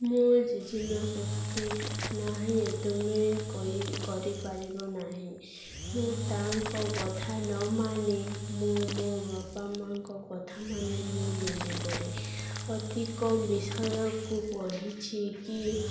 ମୁଁ ଜେଜେ ମା' କୁହନ୍ତି ନାହିଁ ଏ ତୁମେ କରିପାରିବ ନାହିଁ ମୁଁ ତାଙ୍କ କଥା ନ ମାନି ମୁଁ ମୋ ବାପା ମାଆଙ୍କ କଥା ମାନି ମୁଁ ନିଜେ କରେ ଅତି କମ ବିଷୟକୁ ପଢ଼ିଛି କି